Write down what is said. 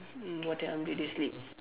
mm what time did you sleep